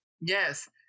Yes